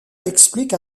explique